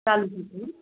चालतं की